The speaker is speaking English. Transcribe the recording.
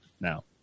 now